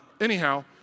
Anyhow